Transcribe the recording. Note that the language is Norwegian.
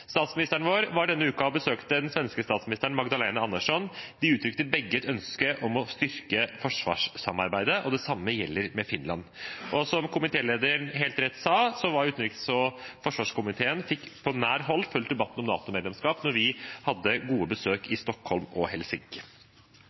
Statsministeren vår besøkte denne uken den svenske statsministeren, Magdalena Andersson. De uttrykte begge et ønske om å styrke forsvarssamarbeidet – og det samme gjelder med Finland. Som komitélederen helt rett sa, fikk utenriks- og forsvarskomiteen på nært hold fulgt debatten om NATO-medlemskap da vi var på gode besøk i Stockholm og